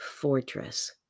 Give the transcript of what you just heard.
fortress